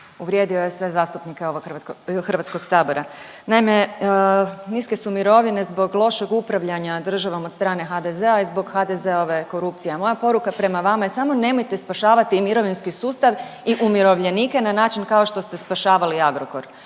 uvrijedio je sve zastupnike ovog Hrvatskog sabora. Naime, niske su mirovine zbog lošeg upravljanja državom od strane HDZ-a i zbog HDZ-ove korupcije, a moja poruka prema vama je samo nemojte spašavati mirovinski sustav i umirovljenike na način kao što ste spašavali Agrokor.